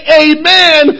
amen